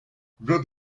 good